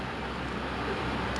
I don't know